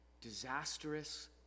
disastrous